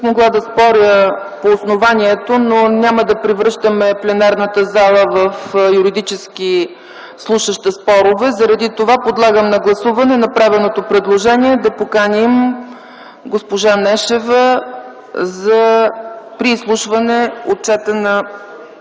могла да споря по основанието, но няма да превръщаме пленарната зала в слушаща юридически спорове. Затова подлагам на гласуване направеното предложение да поканим госпожа Нешева при изслушване Отчета на